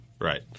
Right